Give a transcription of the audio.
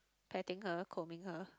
petting her combing her